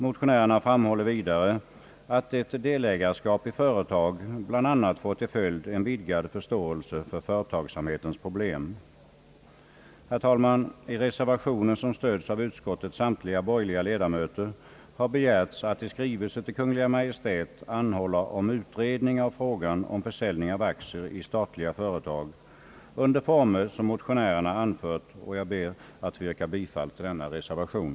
Motionärerna framhåller vidare att ett delägarskap i företag bland annat får till följd en vidgad förståelse för företagsamhetens problem. Herr talman! I reservationen, som stöds av utskottets samtliga borgerliga ledamöter, har begärts att riksdagen skall i skrivelse till Kungl. Maj:t anhål la om utredning av frågan om försäljning av aktier i statliga företag under former som motionärerna har anfört, och jag ber att få yrka bifall till denna reservation.